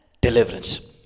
deliverance